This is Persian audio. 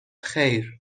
خیر